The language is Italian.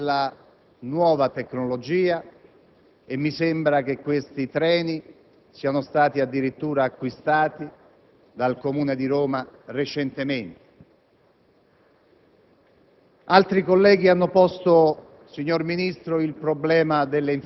Abbiamo sentito dal Ministro le considerazioni sulla nuova tecnologia e abbiamo appreso che questi treni sono stati addirittura acquistati dal Comune di Roma recentemente;